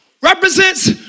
represents